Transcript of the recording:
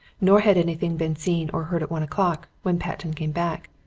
nor had anything been seen or heard at one o'clock, when patten came back,